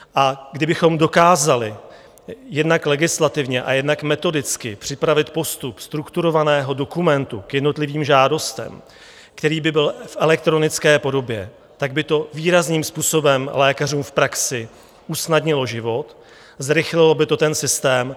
A kdybychom dokázali jednak legislativně a jednak metodicky připravit postup strukturovaného dokumentu k jednotlivým žádostem, který by byl v elektronické podobě, tak by to výrazným způsobem lékařům v praxi usnadnilo život, zrychlilo by to ten systém.